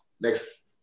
Next